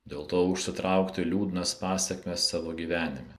dėl to užsitraukti liūdnas pasekmes savo gyvenime